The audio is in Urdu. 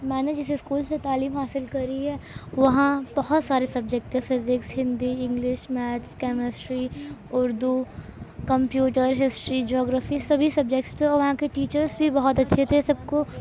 میں نے جس اسکول سے تعلیم حاصل کری ہے وہاں بہت سارے سبجیکٹ تھے physics Hindi English maths chemistry Urdu computer history جغرفی سبھی سجیکٹس تھے وہاں کے ٹیچرس بھی بہت اچھے تھے سب کو